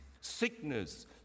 sickness